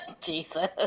Jesus